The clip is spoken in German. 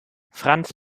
franz